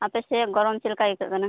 ᱟᱯᱮ ᱥᱮᱫ ᱜᱚᱨᱚᱢ ᱪᱮᱫᱞᱮᱠᱟ ᱟᱹᱭᱠᱟᱹᱜ ᱠᱟᱱᱟ